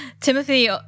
Timothy